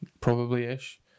probably-ish